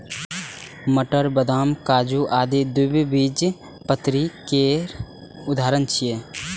मटर, बदाम, काजू आदि द्विबीजपत्री केर उदाहरण छियै